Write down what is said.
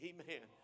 Amen